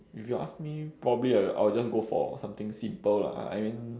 if you ask me probably I will I will just go for something simple lah I mean